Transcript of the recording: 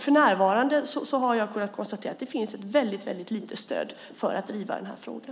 För närvarande har jag kunnat konstatera att det finns ett väldigt litet stöd för att driva den här frågan.